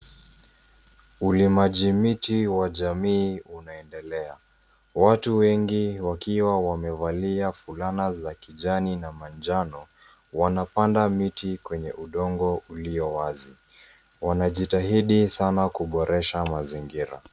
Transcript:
Ulimaji miti wa jamii unaendelea. Watu wengi wakiwa wamevalia fulana na kijani na manjano wanapanda miti kwenye udongo ulio wazi. Wanajitahidi sana kuboresha mazingira.